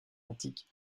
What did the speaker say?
antique